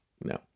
no